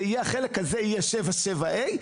החלק הזה יהיה 7.7 ה',